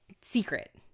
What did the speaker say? secret